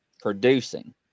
producing